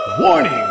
Warning